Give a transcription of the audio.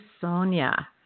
Sonia